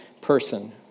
person